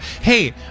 Hey